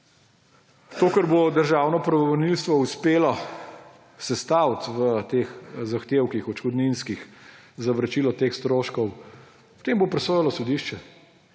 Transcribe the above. tem, kar bo državno pravobranilstvo uspelo sestaviti v teh odškodninskih zahtevkih za vračilo teh stroškov, o tem bo presojalo sodišče.